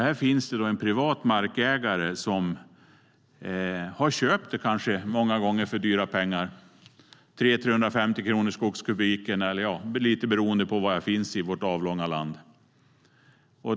Här finns alltså en privat markägare som har köpt mark - många gånger för dyra pengar, 300-350 kronor per skogskubik, lite beroende på var i vårt avlånga land man befinner sig.